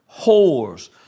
whores